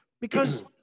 because-